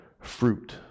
fruit